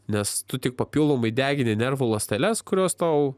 nes tu tik papildomai degini nervų ląsteles kurios tau